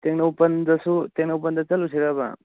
ꯇꯦꯡꯅꯧꯄꯜꯗꯁꯨ ꯇꯦꯡꯅꯧꯄꯜꯗ ꯆꯠꯂꯨꯁꯤꯔꯕ